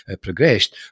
progressed